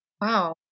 Wow